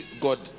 God